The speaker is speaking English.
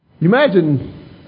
Imagine